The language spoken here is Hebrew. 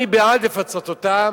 אני בעד לפצות אותם,